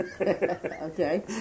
Okay